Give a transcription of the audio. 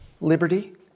Liberty